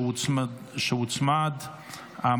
שהוצמדה,